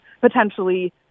potentially